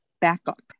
Backup